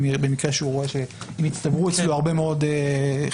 במקרה שהוא רואה שהצטברו אצלו הרבה מאוד חיוויים